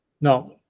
now